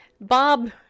Bob